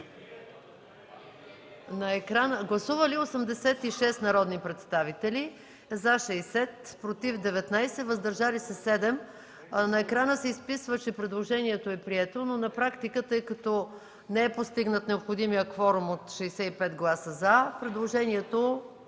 Гласували 86 народни представители: за 60, против 19, въздържали се 7. На екрана се изписва, че предложението е прието, но на практика, тъй като не е постигнат необходимия кворум от 65 гласа „за“, предложението